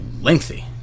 lengthy